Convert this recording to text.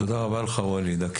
תודה רבה לך ואליד,